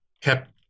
kept